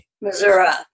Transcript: Missouri